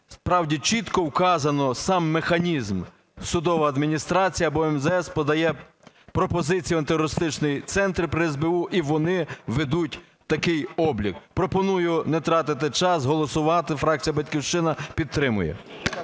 Справді чітко вказано сам механізм, судова адміністрація або МЗС подає пропозицію в Антитерористичний центр при СБУ і вони ведуть такий облік. Пропоную не тратити час, голосувати. Фракція "Батьківщина" підтримує.